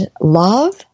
love